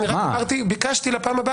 רק ביקשתי לפעם הבאה,